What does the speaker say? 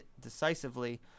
decisively